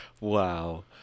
Wow